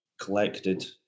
collected